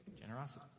generosity